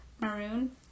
maroon